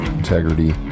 integrity